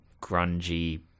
grungy